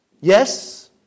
yes